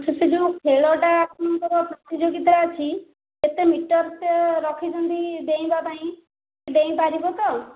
ସେଠି ଯେଉଁ ଖେଳଟା ଆପଣଙ୍କର ପ୍ରତିଯୋଗିତା ଅଛି କେତେ ମିଟରଟେ ରଖିଛନ୍ତି ଡେଇଁବା ପାଇଁ ଡେଇଁପାରିବ ତ